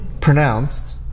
pronounced